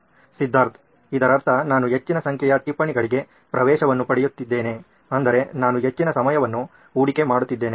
ಸಿದ್ಧಾರ್ಥ್ ಇದರರ್ಥ ನಾನು ಹೆಚ್ಚಿನ ಸಂಖ್ಯೆಯ ಟಿಪ್ಪಣಿಗಳಿಗೆ ಪ್ರವೇಶವನ್ನು ಪಡೆಯುತ್ತಿದ್ದೇನೆ ಅಂದರೆ ನಾನು ಹೆಚ್ಚಿನ ಸಮಯವನ್ನು ಹೂಡಿಕೆ ಮಾಡುತ್ತಿದ್ದೇನೆ